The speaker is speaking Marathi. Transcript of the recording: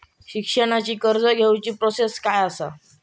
शिक्षणाची कर्ज घेऊची प्रोसेस काय असा?